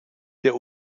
der